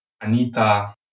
Anita